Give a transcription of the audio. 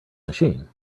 machine